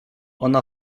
ona